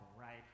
right